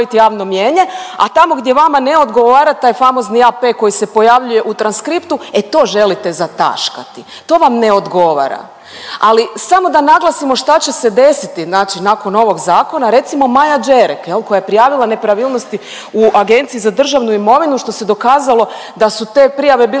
a tamo gdje vama ne odgovara taj famozni AP koji se pojavljuje u transkriptu, e to želite zataškati, to vam ne odgovara, ali samo da naglasimo šta će se desiti znači nakon ovog zakona. Recimo Maja Đerek jel koja je prijavila nepravilnosti u Agenciji za državnu imovinu, što se dokazalo da su te prijave bile